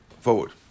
forward